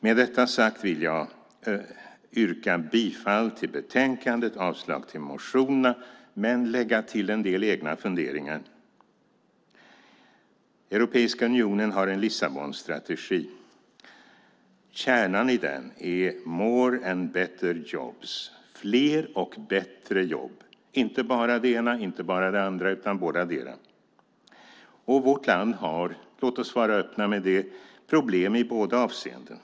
Med detta sagt vill jag yrka bifall till utskottets förslag och avslag på motionerna men också lägga till en del egna funderingar. Europeiska unionen har en Lissabonstrategi. Kärnan i den är more and better jobs - fler och bättre jobb. Det är inte bara det ena eller det andra utan bådadera. Vårt land har - låt oss vara öppna med det - problem i båda avseendena.